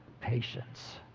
patience